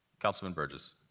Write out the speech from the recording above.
councilman burgess?